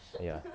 ya